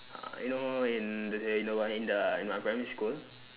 uh you know in the in the in the my primary school